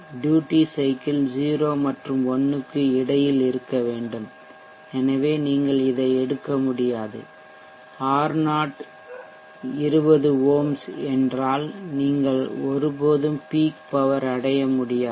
duty cycle 0 மற்றும் 1 க்கு இடையில் இருக்க வேண்டும் எனவே நீங்கள் இதை எடுக்க முடியாது R020 ஓம்ஸ் என்றால் நீங்கள் ஒருபோதும் பீக் பவர் அடைய முடியாது